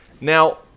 Now